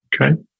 Okay